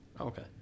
Okay